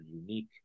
unique